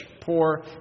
poor